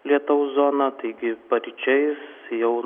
lietaus zona taigi paryčiais jau